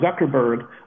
Zuckerberg